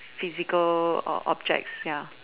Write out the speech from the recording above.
physical oh objects ya